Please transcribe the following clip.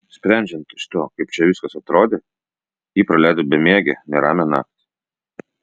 sprendžiant iš to kaip čia viskas atrodė ji praleido bemiegę neramią naktį